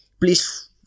Please